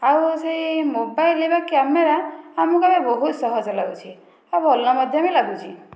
ଆଉ ସେଇ ମୋବାଇଲର କ୍ୟାମେରା ଆମକୁ ଏବେ ବହୁତ ସହଜ ଲାଗୁଛି ଆଉ ଭଲ ମଧ୍ୟ ବି ଲାଗୁଛି